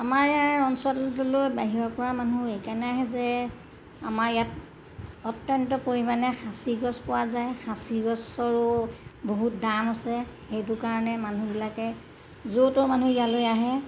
আমাৰ ইয়াৰ অঞ্চলবোৰলৈ বাহিৰৰপৰা মানুহ এই কাৰণে আহে যে আমাৰ ইয়াত অত্যন্ত পৰিমাণে সাঁচি গছ পোৱা যায় সাঁচি গছৰো বহুত দাম আছে সেইটো কাৰণে মানুহবিলাকে য'ৰ ত'ৰ মানুহ ইয়ালৈ আহে